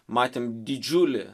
matėm didžiulį